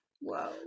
Wow